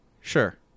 Sure